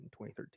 2013